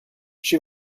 she